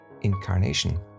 incarnation